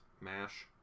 mash